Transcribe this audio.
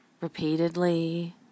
repeatedly